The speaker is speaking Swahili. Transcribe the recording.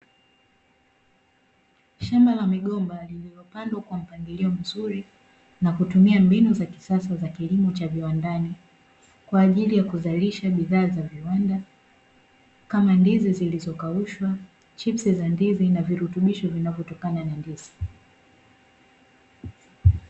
Shamba la migomba lililopandwa kwa mpangilio mzuri, na kutumia mbinu za kisasa za kilimo cha kiwandani, kwaajili ya kuzalisha bidhaa za viwanda, kama ndizi zilizo kaushwa, chipsi za ndizi na virutubisho vinavyotokana na ndizi.